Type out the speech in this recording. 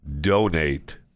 donate